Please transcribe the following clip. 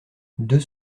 deux